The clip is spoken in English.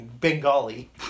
Bengali